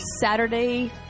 Saturday